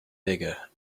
bigger